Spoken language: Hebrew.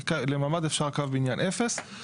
לממ"ד אפשר קו בניין אפס.